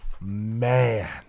Man